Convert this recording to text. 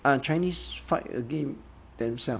uh chinese fight again themself